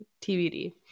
TBD